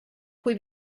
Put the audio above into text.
cui